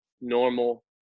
normal